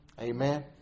Amen